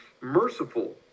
merciful